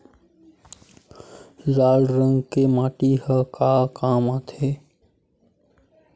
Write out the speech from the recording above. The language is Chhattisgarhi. लाल रंग के माटी ह का काम आथे?